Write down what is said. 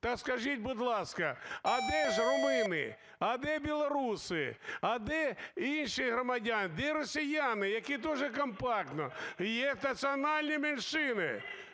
Так скажіть, будь ласка, а де ж румуни, а де білоруси, а де інші громадяни, де росіяни, які тоже компактно… (Шум у залі) Є національні меншини,